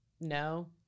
no